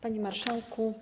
Panie Marszałku!